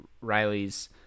riley's